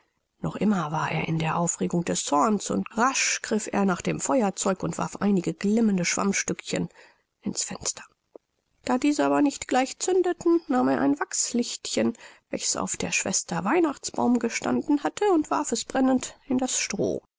noch immer war er in der aufregung des zorns und rasch griff er nach dem feuerzeug und warf einige glimmende schwammstückchen ins fenster da diese aber nicht gleich zündeten nahm er ein wachslichtchen welches auf der schwester weihnachtsbaum gestanden hatte und warf es brennend in das stroh